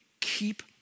keep